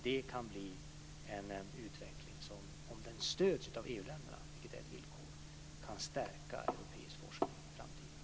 Det kan bli en utveckling som, om den stöds av EU länderna, vilket är ett villkor, kan stärka europeisk forskning i framtiden.